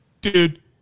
Dude